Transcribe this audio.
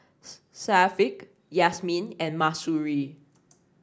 Syafiq Yasmin and Mahsuri